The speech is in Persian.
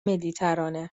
مدیترانه